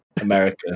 America